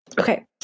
okay